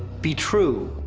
be true,